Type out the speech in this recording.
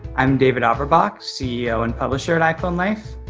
i'm david averbach, ceo and publisher at iphone life.